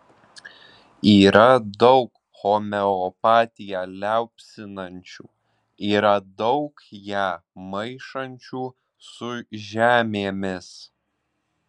yra daug homeopatiją liaupsinančių yra daug ją maišančių su žemėmis